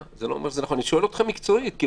ההסבר הרפואי היה לאוורר את האנשים ואל